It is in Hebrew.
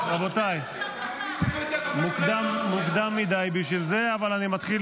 טוב, רבותיי, מוקדם מדי בשביל זה, אבל אני מתחיל